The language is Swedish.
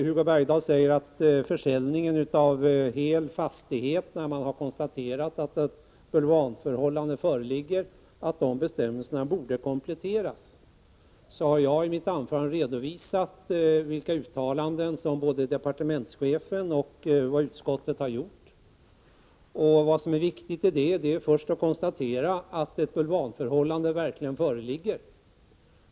Hugo Bergdahl säger att bestämmelserna vad gäller försäljningen av hel fastighet när man har konstaterat att ett bulvanförhållande föreligger borde kompletteras. Jag har i mitt anförande redovisat både departementschefens och utskottets uttalanden. Vad som är viktigt är att konstatera att ett bulvanförhållande verkligen föreligger.